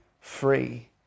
free